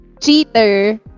cheater